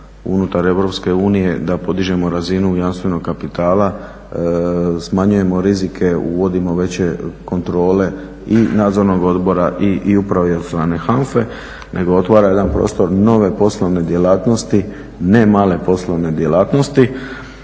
unije da podižemo razinu jamstvenog kapitala, smanjujemo rizike, uvodimo veće kontrole i nadzornog odbora i uprave i od strane HANFA-e nego otvara jedan prostor nove poslovne djelatnosti, ne male poslovne djelatnosti.